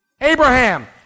Abraham